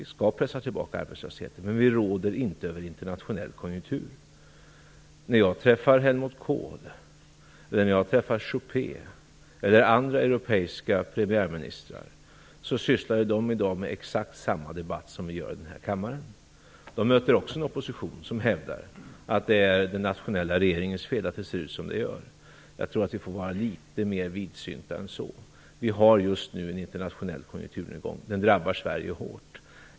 Vi skall pressa tillbaka arbetslösheten, men vi råder inte över internationell konjunktur. När jag träffar Helmut Kohl, Juppé eller andra europeiska premiärministrar inser jag att de sysslar med exakt samma debatt som vi gör i denna kammare. De möter också en opposition som hävdar att det är den nationella regeringens fel att det ser ut som det gör. Jag tror att vi får vara litet mer vidsynta än så. Vi har just nu en internationell konjunkturnedgång. Den drabbar Sverige hårt.